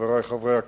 חברי חברי הכנסת,